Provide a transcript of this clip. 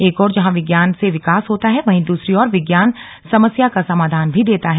एक ओर जहां विज्ञान से विकास होता है वहीं दूसरी ओर विज्ञान समस्या का समाधान भी देता है